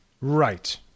Right